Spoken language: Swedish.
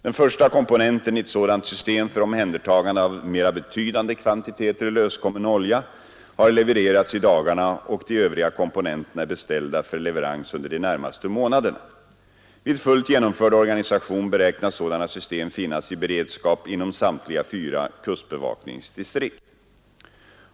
Den första komponenten i ett system för omhändertagande av mera betydande kvantiteter löskommen olja har levererats i dagarna, och de övriga komponenterna är beställda för leverans under de närmaste månaderna. Vid fullt genomförd organisation beräknas sådana system finnas i beredskap inom samtliga fyra kustbevakningsdistrikt.